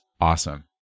Awesome